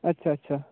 अच्छा अच्छा